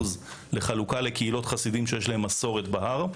לחלוקה לקהילות חסידים שיש להן מסורת בהר,